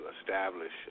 establish